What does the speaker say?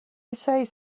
says